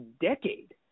decade